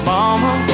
Mama